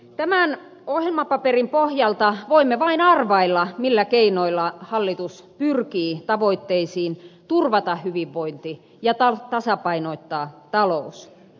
tämän ohjelmapaperin pohjalta voimme vain arvailla millä keinoilla hallitus pyrkii tavoitteisiin turvata hyvinvointi ja tasapainottaa talous